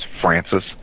Francis